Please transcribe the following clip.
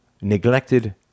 neglected